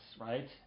right